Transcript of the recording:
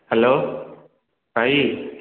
hello ଭାଇ